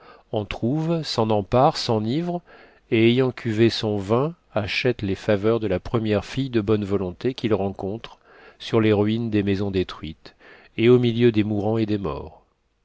en trouve s'en empare s'enivre et ayant cuvé son vin achète les faveurs de la première fille de bonne volonté qu'il rencontre sur les ruines des maisons détruites et au milieu des mourants et des morts